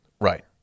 Right